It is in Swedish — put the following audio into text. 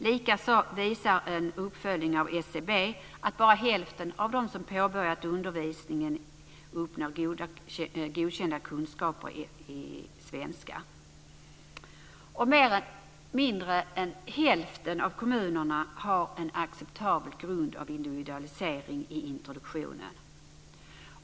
Likaså visar en uppföljning av SCB att bara hälften av dem som påbörjat undervisningen uppnår godkända kunskaper i svenska. Mindre än hälften av kommunerna har en acceptabel grad av individualisering i introduktionen.